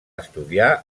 estudiar